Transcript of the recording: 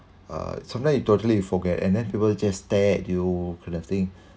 uh sometime you totally forget and then people just stare at you kind of thing